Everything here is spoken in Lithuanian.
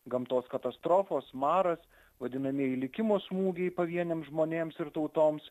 gamtos katastrofos maras vadinamieji likimo smūgiai pavieniams žmonėms ir tautoms